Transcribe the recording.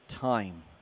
time